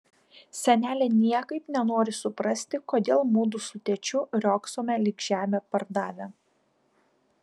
senelė niekaip nenori suprasti kodėl mudu su tėčiu riogsome lyg žemę pardavę